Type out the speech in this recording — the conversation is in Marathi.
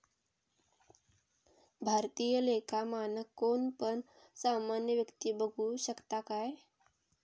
भारतीय लेखा मानक कोण पण सामान्य व्यक्ती बघु शकता काय?